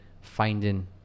finding